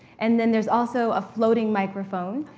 and then, there's also a floating microphone.